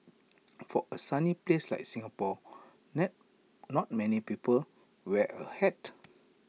for A sunny place like Singapore not many people wear A hat